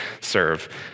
serve